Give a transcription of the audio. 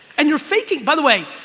and you're faking by the way,